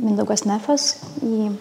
mindaugas nefas jį